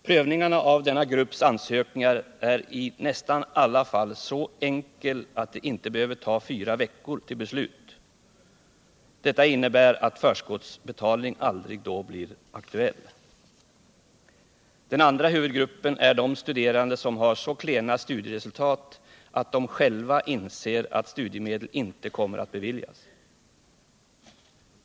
Prövningarna av denna grupps ansökningar är i nästan alla fall så enkel, att det inte behöver ta fyra veckor till beslut, vilket innebär att förskottsutbetalning aldrig blir aktuell. Den andra huvudgruppen är de studerande som har så klena studieresultat att de själva inser att studiemedel inte kommer att beviljas.